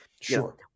Sure